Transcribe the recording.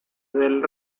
del